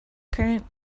current